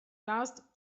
last